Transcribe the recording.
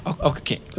Okay